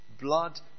Blood